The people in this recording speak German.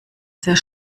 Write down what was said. sehr